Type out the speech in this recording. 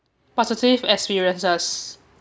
positive experiences